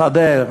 השדה,